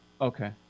Okay